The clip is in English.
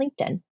LinkedIn